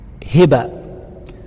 Hiba